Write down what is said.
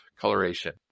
coloration